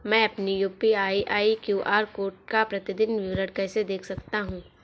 मैं अपनी UPI QR code का प्रतीदीन विवरण कैसे देख सकता हूँ?